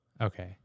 Okay